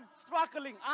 struggling